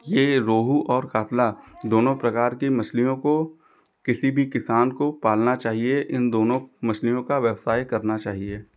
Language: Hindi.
यह रोहू और कातला दोनों प्रकार की मछलियों को किसी भी किसान को पालना चाहिए इन दोनों मछलियों का व्यवसाय करना चाहिए